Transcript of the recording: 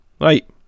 Right